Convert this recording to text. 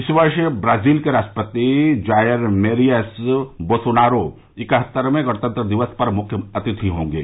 इस वर्ष ब्राजील के राष्ट्रपति जायर मेसियस बोसोनारो इकहत्तरवे गणतंत्र दिवस पर मुख्य अतिथि होंगे